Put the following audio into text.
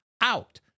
out